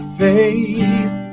faith